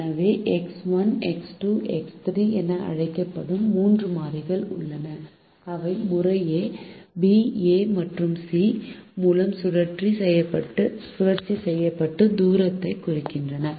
எனவே x 1 x 2 x 3 என அழைக்கப்படும் 3 மாறிகள் உள்ளன அவை முறையே ஏ பி மற்றும் சி A B C மூலம் சுழற்சி செய்யப்பட்ட தூரத்தைக் குறிக்கின்றன